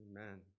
Amen